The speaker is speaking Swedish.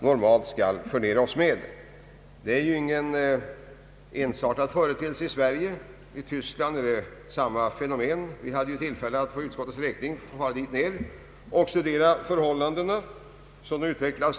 Denna företeelse är inte unik för Sverige. I Tyskland finns samma fenomen. Vi hade tillfälle att för utskottets räkning fara dit ned och studera förhållandena.